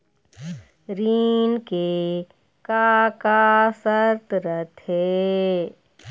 ऋण के का का शर्त रथे?